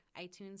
iTunes